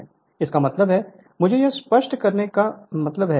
Refer Slide Time 0513 इसका मतलब है मुझे यह स्पष्ट करने का मतलब है